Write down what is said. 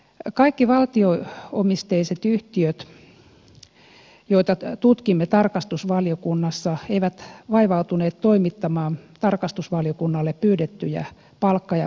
kaikki valtio omisteiset yhtiöt joita tutkimme tarkastusvaliokunnassa eivät vaivautuneet toimittamaan tarkastusvaliokunnalle pyydettyjä palkka ja palkkiotietoja